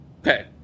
Okay